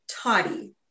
toddy